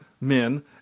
men